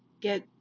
get